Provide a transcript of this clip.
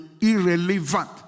irrelevant